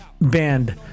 band